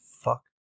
fuck